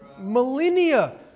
millennia